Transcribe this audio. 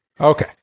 Okay